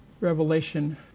revelation